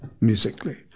musically